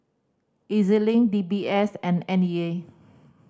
E Z Link D B S and N E A